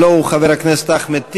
הלוא הוא חבר הכנסת אחמד טיבי,